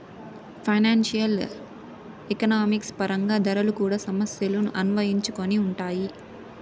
financial economics పరంగా ధరలు కూడా సమస్యలను అన్వయించుకొని ఉంటాయి